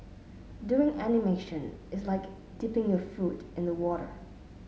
doing animation is like dipping your foot in the water